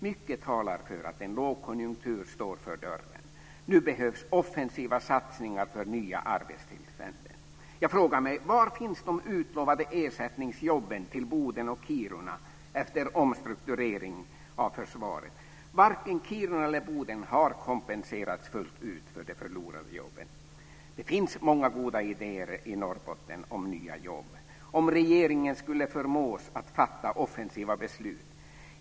Mycket talar för att en lågkonjunktur står för dörren. Nu behövs offensiva satsningar för nya arbetstillfällen. Det finns många goda idéer i Norrbotten om nya jobb, om regeringen skulle förmås att fatta offensiva beslut.